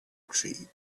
tree